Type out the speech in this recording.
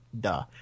Duh